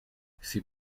c’est